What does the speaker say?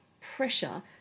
pressure